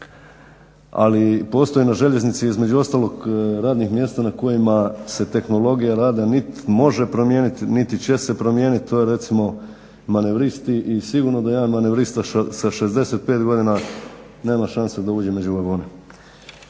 Ali postoji na željeznici između ostalog radnih mjesta na kojima se tehnologija rada niti može promijeniti, niti će se promijeniti. To je recimo manevristi. I sigurno da jedan manevrista sa 65 godina nema šanse da uđe među vagone.